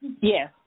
Yes